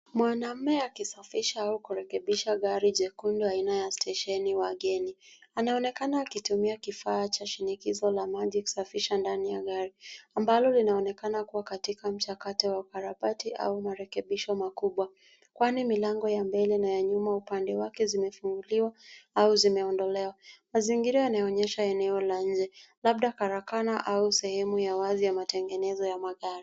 Mwanamume akisafisha au kurekebisha gari jekundu aina ya stesheni wageni . Anaonekana akitumia kifaa cha shinikizo la maji kusafisha ndani ya gari, ambalo linaonekana kuwa katika mchakato wa parapati au marekebisho makubwa. Kwani milango ya mbele na ya nyuma upande wake zimefunguliwa, au zimeondolewa. Mazingira yanayoonyesha eneo la nje, labda karakana au sehemu ya wazi ya matengenezo ya magari.